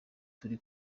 turi